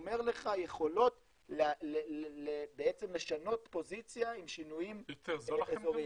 ששומר לך יכולות לשנות פוזיציה עם שינויים אזוריים.